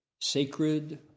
sacred